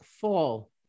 fall